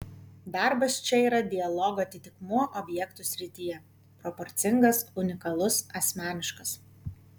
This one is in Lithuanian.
darbas čia yra dialogo atitikmuo objektų srityje proporcingas unikalus asmeniškas